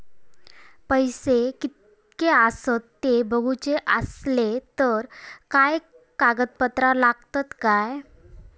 पैशे कीतके आसत ते बघुचे असले तर काय कागद पत्रा लागतात काय?